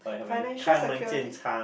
financial security